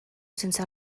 sense